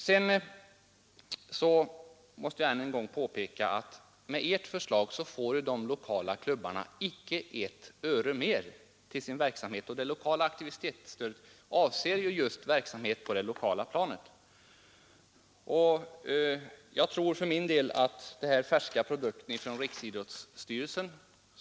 Sedan vill jag än en gång påpeka att med ert förslag får de lokala klubbarna inte ett öre mer till sin verksamhet, och det lokala aktivitetsstödet avser ju just verksamhet på det lokala planet. Vi har här att göra med en helt färsk produkt från Riksidrottsstyrelsen.